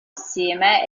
assieme